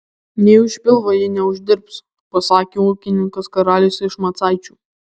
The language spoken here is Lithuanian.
nė už pilvą ji neuždirbs pasakė ūkininkas karalius iš macaičių